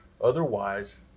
Otherwise